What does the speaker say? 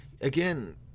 again